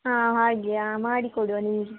ಹಾಂ ಹಾಗೆಯಾ ಮಾಡಿಕೊಡುವ ನಿಮಗೆ